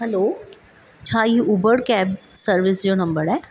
hello छा ही Uber cab service जो नंबर आहे